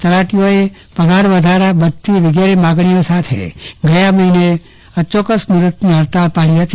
તલાટીઓએ પગારવધારા બઢતી વિગેરે માગણીઓ સાથે ગયા મહિને અચોક્કસ મુદતની હડતાળ પાડી હતી